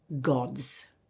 gods